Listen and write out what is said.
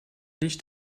nicht